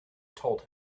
told